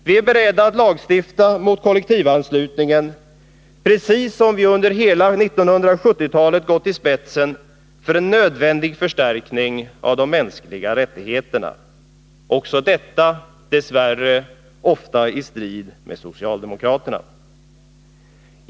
Vi är beredda att lagstifta mot kollektivanslutningen, precis som vi under hela 1970-talet gått i spetsen för en nödvändig förstärkning av de mänskliga rättigheterna — också detta dess värre ofta i strid med socialdemokraterna.